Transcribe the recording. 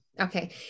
okay